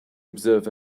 observe